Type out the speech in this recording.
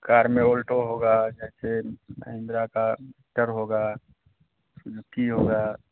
car में Alto होगा जैसे महिंद्रा का टर होगा सुजुकी होगा